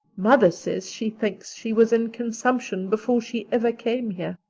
mother says she thinks she was in consumption before she ever came here.